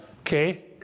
Okay